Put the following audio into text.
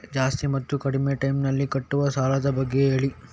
ಜಾಸ್ತಿ ಮತ್ತು ಕಡಿಮೆ ಟೈಮ್ ನಲ್ಲಿ ಕಟ್ಟುವ ಸಾಲದ ಬಗ್ಗೆ ಹೇಳಿ